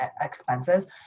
expenses